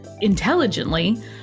intelligently